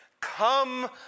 Come